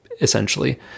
essentially